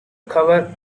cover